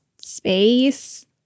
space